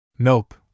Nope